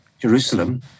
Jerusalem